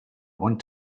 one